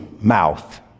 mouth